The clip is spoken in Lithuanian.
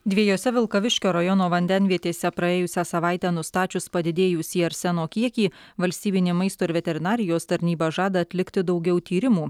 dviejose vilkaviškio rajono vandenvietėse praėjusią savaitę nustačius padidėjusį arseno kiekį valstybinė maisto ir veterinarijos tarnyba žada atlikti daugiau tyrimų